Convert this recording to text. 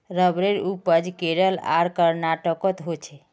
रबरेर उपज केरल आर कर्नाटकोत होछे